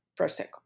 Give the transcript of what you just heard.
Prosecco